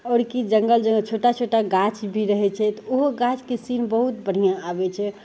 आओर कि जङ्गल जे हइ छोटा छोटा गाछ भी रहै छै तऽ ओहो गाछके सीन बहुत बढ़िआँ आबै छै